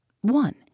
One